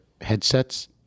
headsets